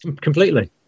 completely